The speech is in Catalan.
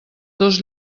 dos